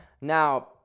Now